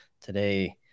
today